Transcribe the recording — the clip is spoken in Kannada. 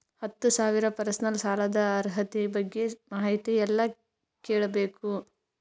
ಹತ್ತು ಸಾವಿರ ಪರ್ಸನಲ್ ಸಾಲದ ಅರ್ಹತಿ ಬಗ್ಗೆ ಮಾಹಿತಿ ಎಲ್ಲ ಕೇಳಬೇಕು?